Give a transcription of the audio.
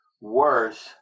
worse